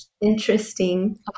interesting